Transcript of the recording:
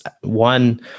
One